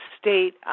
state